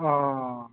अ